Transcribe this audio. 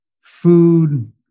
food